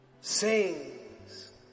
sings